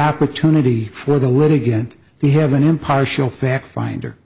opportunity for the litigant to have an impartial fact finder